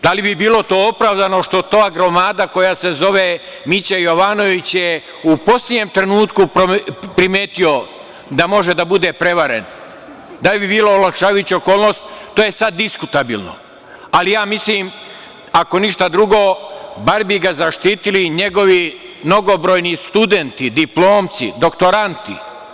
Da li bi bilo to opravdano što ta gromada, koja se zove Mića Jovanović, je u poslednjem trenutku primetio da može da bude prevaren, da li bi bila olakšavajuća okolnost to je sada diskutabilno, ali ja mislim, ako ništa drugo, bar bi ga zaštitili njegovi mnogobrojni studenti, diplomci, doktoranti.